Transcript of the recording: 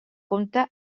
compta